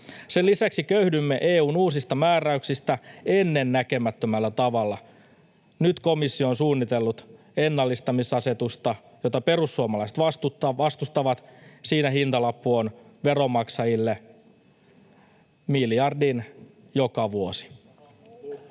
Sen lisäksi köyhdymme EU:n uusista määräyksistä ennennäkemättömällä tavalla. Nyt komissio on suunnitellut ennallistamisasetusta, jota perussuomalaiset vastustavat. Siinä hintalappu on veronmaksajille miljardin joka vuosi.